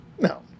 No